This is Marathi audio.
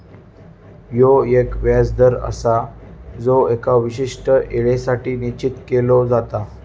ह्यो एक व्याज दर आसा जो एका विशिष्ट येळेसाठी निश्चित केलो जाता